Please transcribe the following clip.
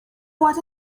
what